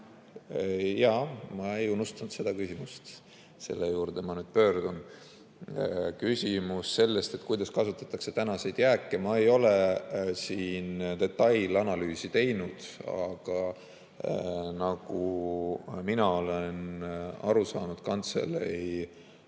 Ja ma ei unustanud seda küsimust, selle juurde ma nüüd pöördun. Küsimus oli, kuidas kasutatakse tänaseid jääke. Ma ei ole detailset analüüsi teinud, aga nagu mina olen aru saanud kantselei